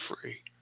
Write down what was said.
free